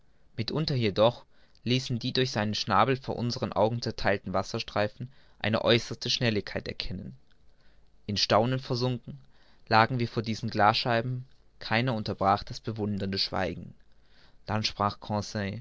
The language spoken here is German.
mitunter jedoch ließen die durch seinen schnabel vor unseren augen zertheilten wasserstreifen eine äußerste schnelligkeit erkennen in staunen versunken lagen wir vor diesen glasscheiben keiner unterbrach das bewundernde schweigen dann sprach